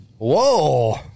Whoa